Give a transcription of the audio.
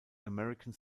american